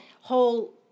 whole